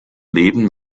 leben